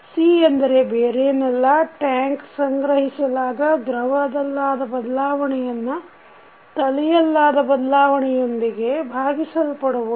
C ಎಂದರೆ ಬೇರೆನಲ್ಲ tank ಸಂಗ್ರಹಿಸಲಾದ ದ್ರವದಲ್ಲಾದ ಬದಲಾವಣೆಯನ್ನು ತಲೆಯಲ್ಲಾದ ಬದಲಾವಣೆಯೊಂದಿಗೆ ಭಾಗಿಸಲ್ಪಡುವುದು